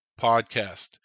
podcast